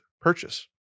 purchase